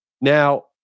Now